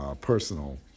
personal